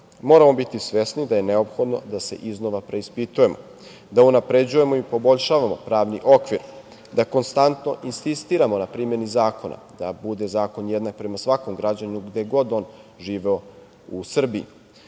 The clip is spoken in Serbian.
Moramo biti svesni da je neophodno da se iznova preispitujemo, da unapređujemo i poboljšavamo pravni okvir, da konstantno insistiramo na primeni zakona, da bude zakon jednak prema svakom građaninu gde god on živeo u Srbiji